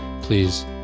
please